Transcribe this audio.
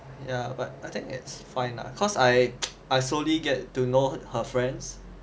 ya but I think it's fine lah cause I I slowly get to know her friends